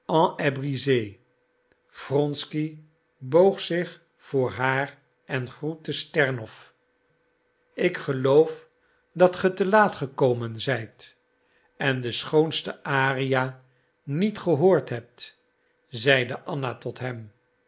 est brisé wronsky boog zich voor haar en groette strenow ik geloof dat ge te laat gekomen zijt en de schoonste aria niet gehoord hebt zeide anna tot hem